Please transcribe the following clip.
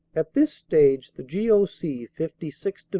at this stage the g o c. fifty sixth.